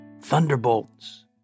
thunderbolts